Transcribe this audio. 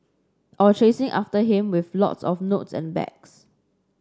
or chasing after him with lots of notes and bags